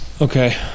Okay